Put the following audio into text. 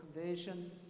conversion